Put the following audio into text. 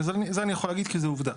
את זה אני יכול להגיד כי זו עובדה.